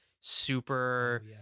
super